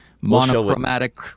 monochromatic